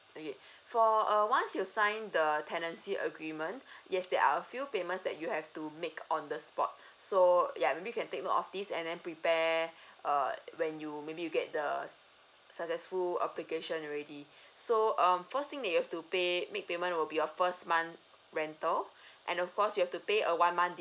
okay for err once you signed the tenancy agreement yes there are a few payments that you have to make on the spot so yeah maybe you can take note of these and then prepare err when you maybe you get the successful application already so um first thing that you have to pay make payment will be your first month rental and of course you have to pay a one month